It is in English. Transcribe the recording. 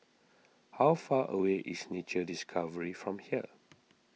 how far away is Nature Discovery from here